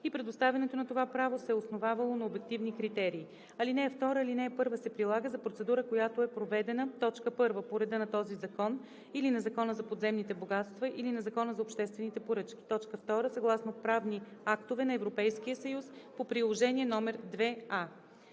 и предоставянето на това право се е основавало на обективни критерии. (2) Алинея 1 се прилага за процедура, която е проведена: 1. по реда на този закон или на Закона за подземните богатства, или на Закона за обществените поръчки; 2. съгласно правни актове на Европейския съюз по приложение № 2а.“